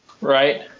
right